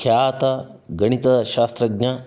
ಖ್ಯಾತ ಗಣಿತಶಾಸ್ತ್ರಜ್ಞ